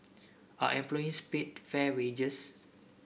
are employees paid fair wages